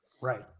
right